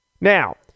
Now